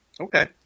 Okay